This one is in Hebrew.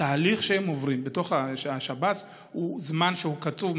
התהליך שהם עוברים בתוך השב"ס הוא בזמן קצוב.